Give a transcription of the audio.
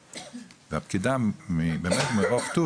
חווית הלקוח אצלכם היא פעמים רבות לא